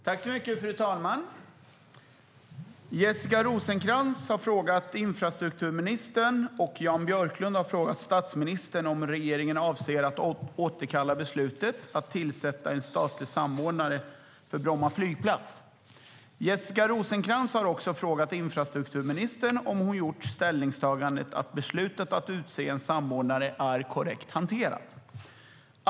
Svar på interpellationer Fru talman! Jessica Rosencrantz har frågat infrastrukturministern och Jan Björklund har frågat statsministern om regeringen avser att återkalla beslutet att tillsätta en statlig samordnare för Bromma flygplats. Jessica Rosencrantz har också frågat infrastrukturministern om hon har gjort ställningstagandet att beslutet att utse en samordnare är korrekt hanterat.